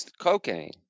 cocaine